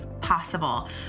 possible